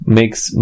makes